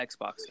Xbox